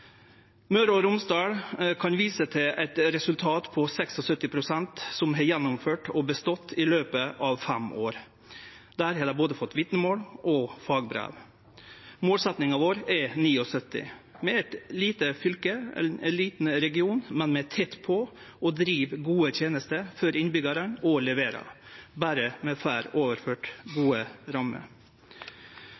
Møre og Romsdal kan vise til eit resultat på 76 pst. som har gjennomført og bestått i løpet av fem år. Der har dei fått både vitnemål og fagbrev. Målsetjinga vår er 79 pst. Vi er eit lite fylke, ein liten region, men vi er tett på og driv gode tenester for innbyggjarane, og vi leverer – berre vi får overført